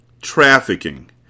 Trafficking